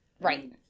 right